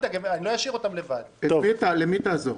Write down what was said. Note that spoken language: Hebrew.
למי תעזור?